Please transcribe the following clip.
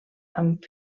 amb